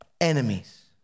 enemies